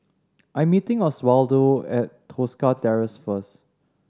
I'm meeting Oswaldo at Tosca Terrace first